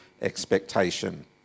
expectation